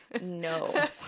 no